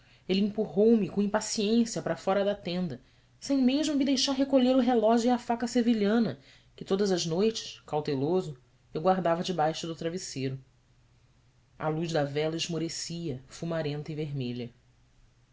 ele empurrou me com impaciência para fora da tenda sem mesmo me deixar recolher o relógio e a faca sevilhana que todas as noites cauteloso eu guardava debaixo do travesseiro a luz da vela esmorecia fumarenta e vermelha